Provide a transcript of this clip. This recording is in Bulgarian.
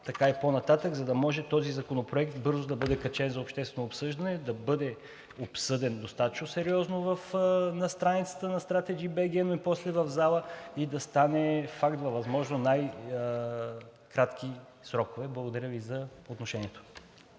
така и по-нататък, за да може този законопроект бързо да бъде качен за обществено обсъждане, да бъде обсъден достатъчно сериозно на страницата на strategy.bg, но и после в зала и да стане факт във възможно най-кратки срокове. Благодаря Ви за отношението.